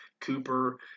cooper